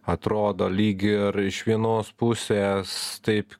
atrodo lygi ir iš vienos pusės taip